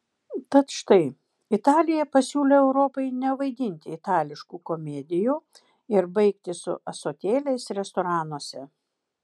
tad štai italija pasiūlė europai nevaidinti itališkų komedijų ir baigti su ąsotėliais restoranuose